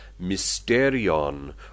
mysterion